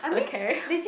okay